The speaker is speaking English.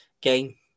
game